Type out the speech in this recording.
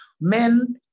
men